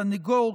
סנגור,